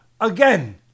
again